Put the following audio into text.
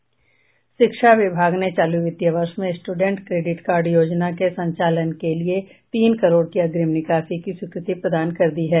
शिक्षा विभाग ने चालू वित्तीय वर्ष में स्टूडेंट क्रेडिट कार्ड योजना के संचालन के लिए तीन करोड़ की अग्रिम निकासी की स्वीकृति प्रदान कर दी है